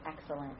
excellent